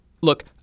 Look